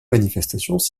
manifestations